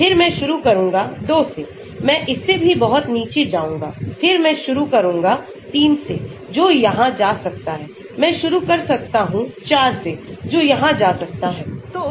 फिर मैं शुरू करूंगा 2 से मैं इससेभी बहुत नीचे जाऊंगा फिर मैं शुरू करूंगा 3 से जो यहां जा सकता है मैं शुरू कर सकता हूं 4 से जो यहां जा सकता है